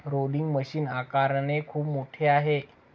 rolling machine आकाराने खूप मोठे आहे